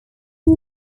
two